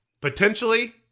Potentially